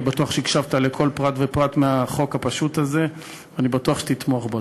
אני בטוח שהקשבת לכל פרט ופרט בחוק הפשוט הזה ואני בטוח שתתמוך בו.